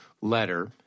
letter